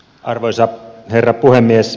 arvoisa herra puhemies